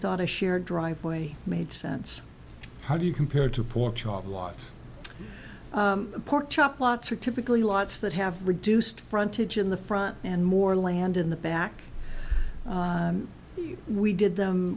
thought a shared driveway made sense how do you compared to pork chop was pork chop lots are typically lots that have reduced frontage in the front and more land in the back we did them